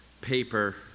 paper